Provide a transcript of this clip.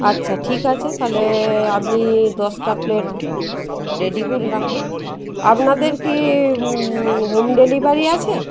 আচ্ছা ঠিক আছে থালে আপনি দশটা প্লেট রেডি করে রাখুন আপনাদের কি হোম ডেলিভারি আছে